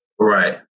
Right